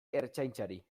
ertzaintzari